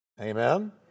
Amen